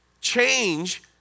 Change